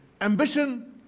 ambition